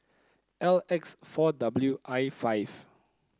L X four W I five